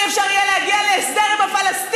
יהיה אפשר יהיה להגיע להסדר עם הפלסטינים.